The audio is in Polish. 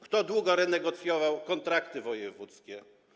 Kto długo renegocjował kontrakty wojewódzkie?